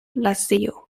lazio